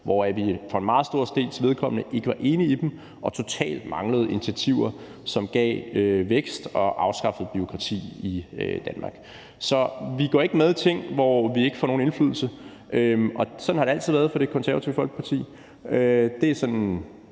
hvor vi for en meget stor dels vedkommende ikke var enige i dem og totalt manglede initiativer, som gav vækst og afskaffede bureaukrati i Danmark. Så vi går ikke med i ting, hvor vi ikke får nogen indflydelse, og sådan har det altid været for Det Konservative Folkeparti.